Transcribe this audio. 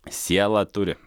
sielą turi